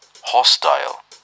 Hostile